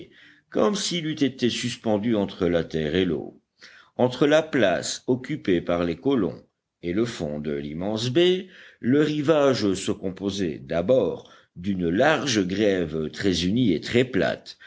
comme s'il eût été suspendu entre la terre et l'eau entre la place occupée par les colons et le fond de l'immense baie le rivage se composait d'abord d'une large grève très unie et très plate